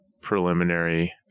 preliminary